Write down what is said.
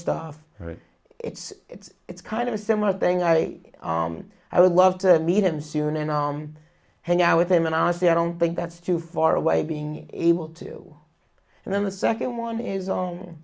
stuff it's it's it's kind of a similar thing i mean i would love to meet him soon and i'm hanging out with him and i say i don't think that's too far away being able to and then the second one is